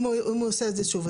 אם הוא עושה את זה שוב.